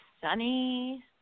sunny